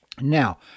Now